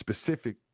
specific